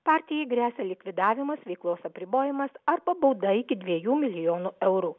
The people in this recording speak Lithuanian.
partijai gresia likvidavimas veiklos apribojimas arba bauda iki dviejų milijonų eurų